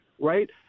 right